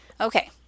Okay